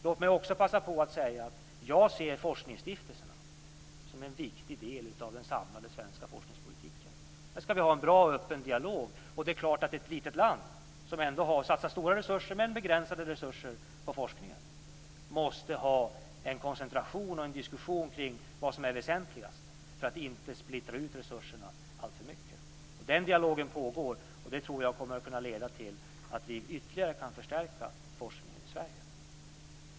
Låt mig också passa på att säga att jag ser forskningsstiftelserna som en viktig del av den samlade svenska forskningspolitiken. Där skall vi ha en bra och öppen dialog. Det är klart att ett litet land, som ändå satsar stora men begränsade resurser på forskningen, måste ha en koncentration och en diskussion kring vad som är väsentligast för att inte splittra resurserna alltför mycket. Den dialogen pågår. Det tror jag kommer att kunna leda till att vi ytterligare kan förstärka forskningen i Sverige.